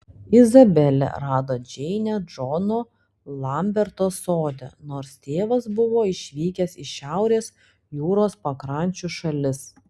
izabelė rado džeinę džono lamberto sode nors tėvas buvo išvykęs į šiaurės jūros pakrančių šalis